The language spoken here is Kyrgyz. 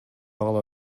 кала